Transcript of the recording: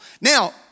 Now